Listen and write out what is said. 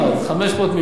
500 מיליון ש"ח,